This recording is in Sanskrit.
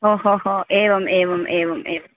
हो हो हो एवम् एवम् एवम् एवम्